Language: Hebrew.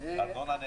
ארנונה נהדרת.